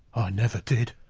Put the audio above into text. ah never did.